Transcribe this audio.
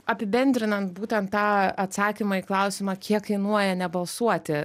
apibendrinant būtent tą atsakymą į klausimą kiek kainuoja nebalsuoti